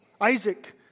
Isaac